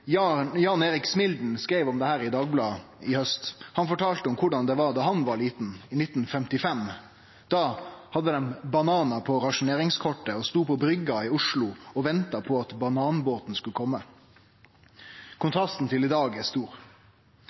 Smilden skreiv om dette i Dagbladet i haust. Han fortalde korleis det var då han var liten, i 1955. Då hadde dei bananar på rasjoneringskortet og stod på bryggja i Oslo og venta på at bananbåten skulle kome. Kontrasten til i dag er stor.